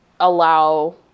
allow